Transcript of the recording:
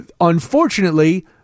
unfortunately